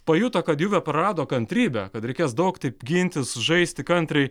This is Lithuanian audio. pajuto kad juvė prarado kantrybę kad reikės daug taip gintis žaisti kantriai